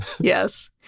yes